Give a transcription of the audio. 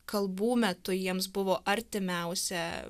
kalbų metu jiems buvo artimiausia